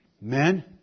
Men